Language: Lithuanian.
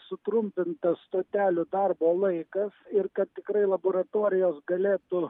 sutrumpinta stotelių darbo laikas ir kad tikrai laboratorijos galėtų